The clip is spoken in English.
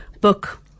book